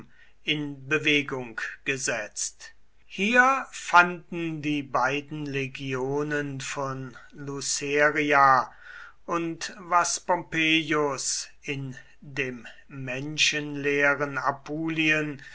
in bewegung gesetzt hier fanden die beiden legionen von luceria und was pompeius in dem menschenleeren apulien